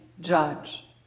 judge